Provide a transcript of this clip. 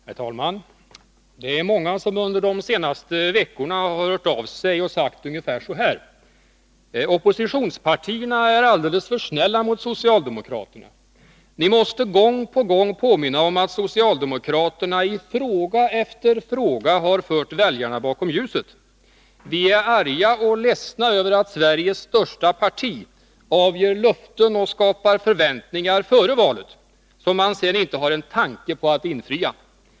Herr talman! Det är många som under de senaste veckorna har hört av sig och sagt ungefär så här: Oppositionspartierna är alldeles för snälla mot socialdemokraterna. Ni måste gång på gång påminna om att socialdemokraterna i fråga efter fråga fört väljarna bakom ljuset. Vi är arga och ledsna över att Sveriges största parti före valet avger löften och skapar förväntningar som man sedan inte har en tanke på att infria.